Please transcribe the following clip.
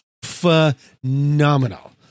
Phenomenal